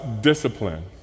discipline